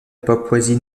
papouasie